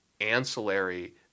ancillary